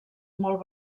molt